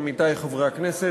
עמיתי חברי הכנסת,